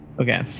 Okay